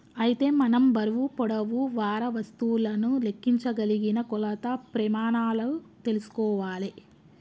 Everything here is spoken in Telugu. అయితే మనం బరువు పొడవు వారా వస్తువులను లెక్కించగలిగిన కొలత ప్రెమానాలు తెల్సుకోవాలే